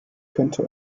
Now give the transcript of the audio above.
könnte